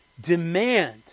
demand